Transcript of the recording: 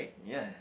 ya